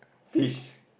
fish